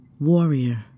Warrior